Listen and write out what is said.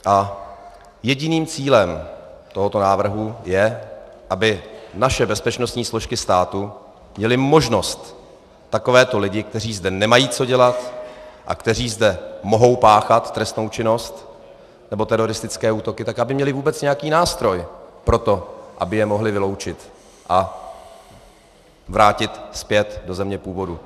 A jediným cílem tohoto návrhu je, aby naše bezpečnostní složky státu měly možnost takovéto lidi, kteří zde nemají co dělat a kteří zde mohou páchat trestnou činnost nebo teroristické útoky, tak aby měly vůbec nějaký nástroj pro to, aby je mohly vyloučit a vrátit zpět do země původu.